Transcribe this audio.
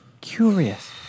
Curious